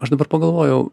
aš dabar pagalvojau